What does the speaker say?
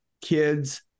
kids